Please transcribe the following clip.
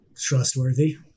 trustworthy